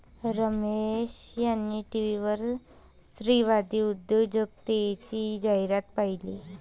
रमेश यांनी टीव्हीवर स्त्रीवादी उद्योजकतेची जाहिरात पाहिली